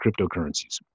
cryptocurrencies